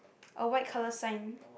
a white colour sign